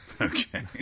okay